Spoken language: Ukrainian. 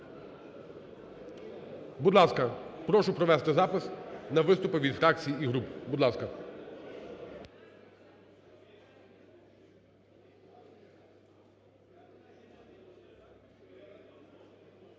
Будь ласка, прошу провести запис від фракцій і груп. Будь ласка.